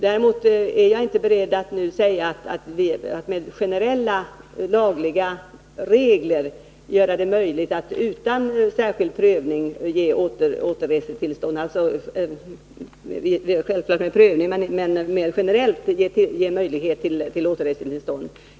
Jag är inte beredd att nu förorda generella lagliga möjligheter till återresetillstånd utan föregående prövning. Däremot finns möjligheter till detta efter prövning.